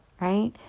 right